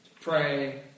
pray